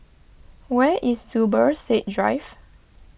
where is Zubir Said Drive